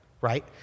right